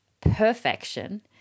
perfection